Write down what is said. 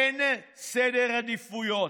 אין סדר עדיפויות,